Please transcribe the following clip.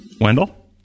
Wendell